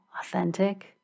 authentic